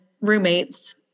roommates